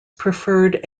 preferred